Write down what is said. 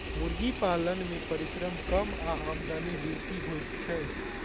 मुर्गी पालन मे परिश्रम कम आ आमदनी बेसी होइत छै